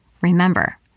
remember